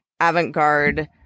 avant-garde